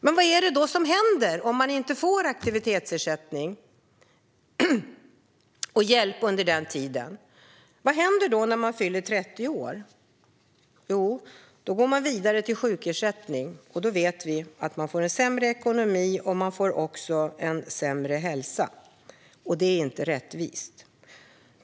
Men vad händer om man inte får aktivitetsersättning och hjälp under den tiden? Vad händer när man fyller 30 år? Jo, då går man vidare till sjukersättning. Vi vet att man då får en sämre ekonomi och också sämre hälsa, och detta är inte rättvist.